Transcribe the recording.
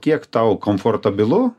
kiek tau komfortabilu